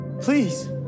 Please